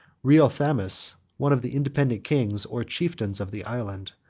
riothamus, one of the independent kings, or chieftains, of the island,